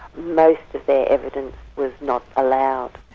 most of their evidence was not allowed.